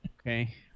Okay